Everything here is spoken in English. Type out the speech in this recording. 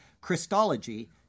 Christology